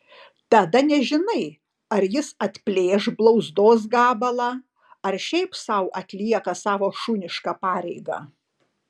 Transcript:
tada nežinai ar jis atplėš blauzdos gabalą ar šiaip sau atlieka savo šunišką pareigą